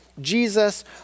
Jesus